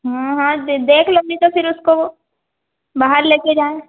हाँ हाँ देख लोगी तो फिर उसको वो बाहर ले कर जाएँ